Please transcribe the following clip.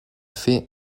fait